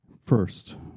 first